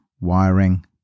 wiring